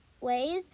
ways